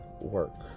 work